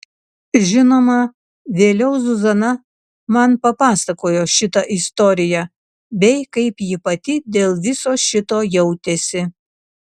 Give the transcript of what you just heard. žinoma vėliau zuzana man papasakojo šitą istoriją bei kaip ji pati dėl viso šito jautėsi